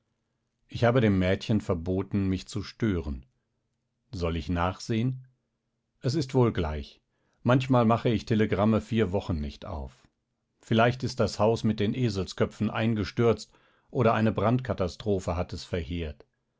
ich habe dem mädchen verboten mich zu stören soll ich nachsehen es ist wohl gleich manchmal mache ich telegramme vier wochen nicht auf vielleicht ist das haus mit den eselsköpfen eingestürzt oder eine brandkatastrophe hat es verheert